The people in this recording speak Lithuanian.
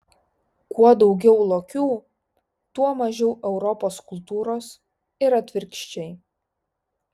kuo daugiau lokių tuo mažiau europos kultūros ir atvirkščiai